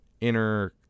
inner